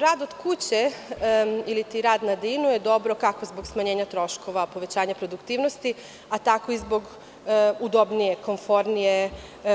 Rad od kuće ili ti na daljinu je dobro kako zbog smanjenja troškova, povećanja produktivnosti, a tako i zbog udobnije, konfornije